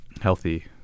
healthy